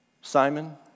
Simon